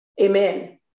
Amen